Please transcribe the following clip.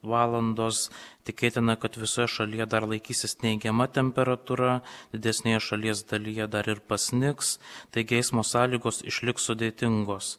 valandos tikėtina kad visoje šalyje dar laikysis neigiama temperatūra didesnėje šalies dalyje dar ir pasnigs taigi eismo sąlygos išliks sudėtingos